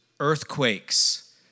Earthquakes